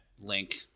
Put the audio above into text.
link